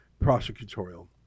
prosecutorial